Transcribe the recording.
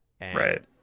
Right